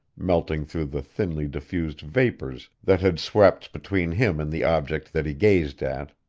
melting through the thinly diffused vapors that had swept between him and the object that he gazed at.